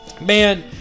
man